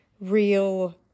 real